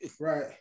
right